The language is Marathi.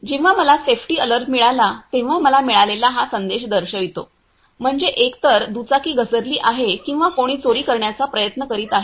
जेव्हा मला सेफ्टी अलर्ट मिळाला तेव्हा मला मिळालेला हा संदेश दर्शवितो म्हणजे एकतर दुचाकी घसरली आहे किंवा कोणी चोरी करण्याचा प्रयत्न करीत आहे